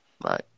Bye